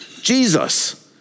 Jesus